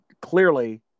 clearly –